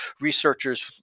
researchers